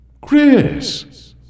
Chris